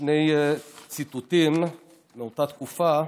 שני ציטוטים מאותה תקופה.